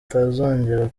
itazongera